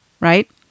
right